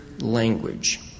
language